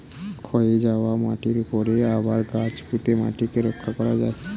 ক্ষয়ে যাওয়া মাটির উপরে আবার গাছ পুঁতে মাটিকে রক্ষা করা যায়